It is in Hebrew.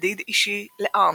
ידיד אישי לארמסטרונג,